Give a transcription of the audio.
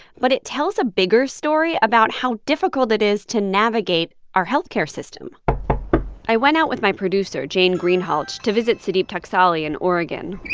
but it tells a bigger story about how difficult it is to navigate our health care system i went out with my producer jane greenhalgh to visit sudeep taksali in oregon